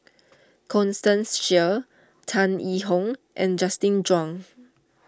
Constance Sheares Tan Yee Hong and Justin Zhuang